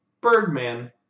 Birdman